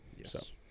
Yes